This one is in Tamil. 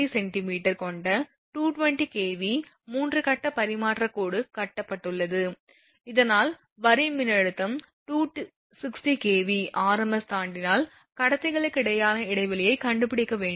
3 cm கொண்ட 220 kV 3 கட்ட பரிமாற்றக் கோடு கட்டப்பட்டுள்ளது இதனால் வரி மின்னழுத்தம் 260 kV rms தாண்டினால் கடத்திகளுக்கிடையேயான இடைவெளியைக் கண்டுபிடிக்க வேண்டும்